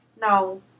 No